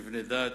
מבני דת,